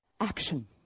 action